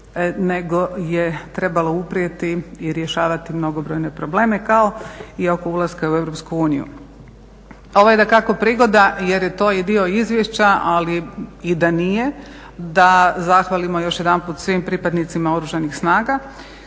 nego je trebalo uprijeti i rješavati mnogobrojne probleme, kao i oko ulaska u Europsku uniju. Ovo je dakako prigoda jer je to i dio izvješća, ali i da nije da zahvalimo još jedanput svim pripadnicima Oružanih snaga